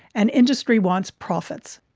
and industry wants profits.